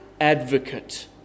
advocate